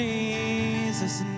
Jesus